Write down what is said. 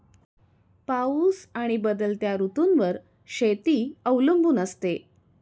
पाऊस आणि बदलत्या ऋतूंवर शेती अवलंबून असते